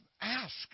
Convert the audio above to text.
ask